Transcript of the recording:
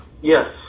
Yes